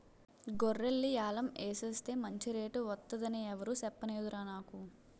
గొర్రెల్ని యాలం ఎసేస్తే మంచి రేటు వొత్తదని ఎవురూ సెప్పనేదురా నాకు